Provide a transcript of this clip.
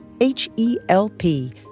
H-E-L-P